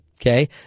Okay